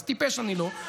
כי אי-אפשר ככה.